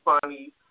funny